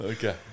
Okay